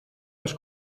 les